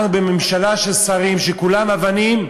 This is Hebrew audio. אנחנו בממשלה של שרים שכולם אבנים,